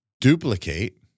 duplicate